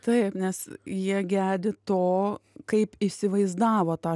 taip nes jie gedi to kaip įsivaizdavo tą